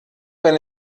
wenn